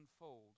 unfold